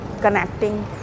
connecting